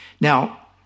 Now